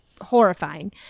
horrifying